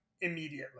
immediately